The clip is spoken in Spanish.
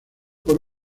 por